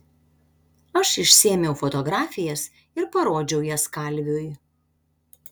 aš išsiėmiau fotografijas ir parodžiau jas kalviui